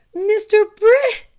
mr brig!